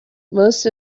most